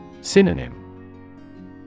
Synonym